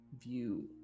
view